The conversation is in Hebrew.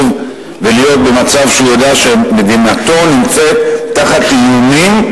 ולהיות במצב שהוא יודע שמדינתו נמצאת תחת איומים,